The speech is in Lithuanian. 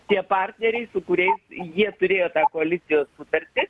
tie partneriai su kuriais jie turėjo tą koalicijos sutartį